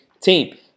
team